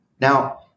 Now